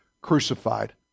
crucified